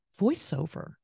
voiceover